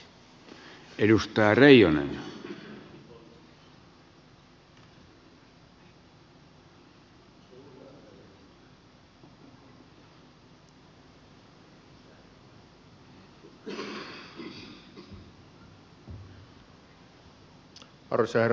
arvoisa herra puhemies